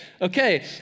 Okay